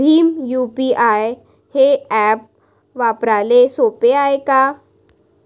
Bhim UPI हे app वापराले सोपे हाय का?